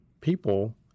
people